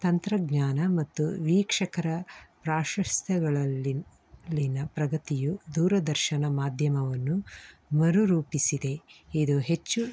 ತಂತ್ರಜ್ಞಾನ ಮತ್ತು ವೀಕ್ಷಕರ ಪ್ರಾಶಸ್ತ್ಯಗಳಲ್ಲಿನ ಲ್ಲಿನ ಪ್ರಗತಿಯು ದೂರದರ್ಶನ ಮಾಧ್ಯಮವನ್ನು ಮರುರೂಪಿಸಿದೆ ಇದು ಹೆಚ್ಚು